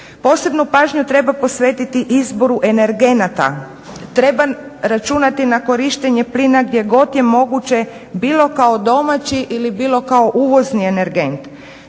Posebnu pažnju treba posvetiti izboru energenata, treba računati na korištenje plina gdje god je moguće, bilo kao domaći ili bilo kao uvozni energent.